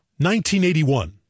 1981